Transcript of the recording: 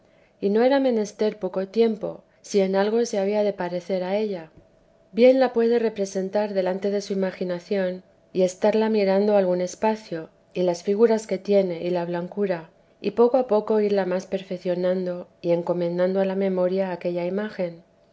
y no era menester poco tiempo si en algo s había de parecer a ella bien la puede representar delante de su imaginación y estarla mirando algún espacio y las figuras que tiene y la blancura y poco a poco irla más perfeccionando y encomendando a la memoria aquella imagen